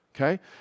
okay